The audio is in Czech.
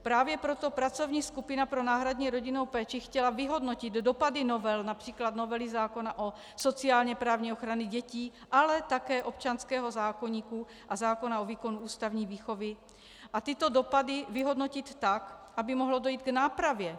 Právě proto pracovní skupina pro náhradní rodinnou péči chtěla vyhodnotit dopady novel, např. novely zákona o sociálněprávní ochraně dětí, ale také občanského zákoníku a zákona o výkonu ústavní výchovy, tyto dopady vyhodnotit tak, aby mohlo dojít k nápravě.